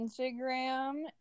Instagram